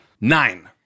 Nine